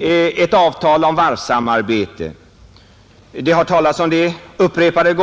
ett avtal om ytterligare varvssamarbete.